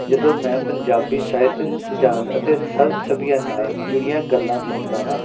ਜਦੋਂ ਮੈਂ ਪੰਜਾਬੀ ਸਾਹਿਤ ਸਿਧਾਂਤ ਅਤੇ ਸਭ ਸਭੀਆਂ ਨਾਲ਼ ਜੁੜੀਆਂ ਗੱਲਾਂ ਸੁਣਦਾ ਹਾਂ